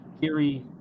Gary